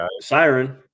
siren